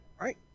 Right